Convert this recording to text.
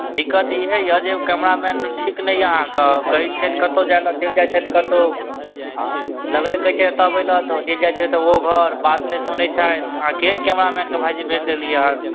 दिक्कत इएह यऽ जे ओ कैमरामैन ठीक नहि यऽ अहाँके कहै छिअनि कतहु जाए ले चलि जाए छथि कतहु लगले कहै छिअनि एतऽ आबै ले तऽ चलि जाए छथि ओ घर बात नहि सुनै छथि अहाँ केहन कैमरामैनके भाइजी भेजि देलिए हँ